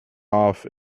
off